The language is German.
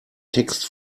text